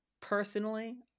personally